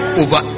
over